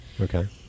Okay